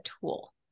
tool